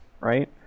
Right